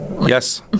Yes